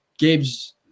Gabe's